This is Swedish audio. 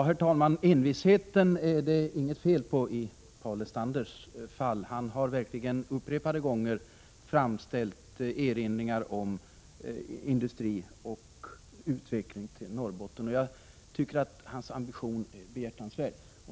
Herr talman! Envisheten är det i Paul Lestanders fall inget fel på. Han har verkligen upprepade gånger erinrat om industri och utveckling i Norrbotten. Jag tycker att hans ambition är behjärtansvärd.